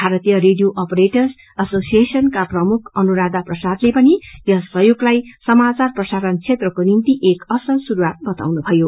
भारतीय radio operator एसोशिएशनका प्रमुख अनुराधा प्रसादले पनि यस सहयोगलाई समाचार प्रसारण क्षेत्रको निम्ति एक असल शुरूवात बताउनुभयो